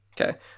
okay